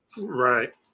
Right